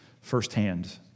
firsthand